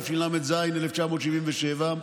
התשל"ז 1977,